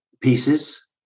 pieces